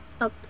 up